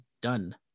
done